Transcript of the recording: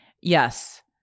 Yes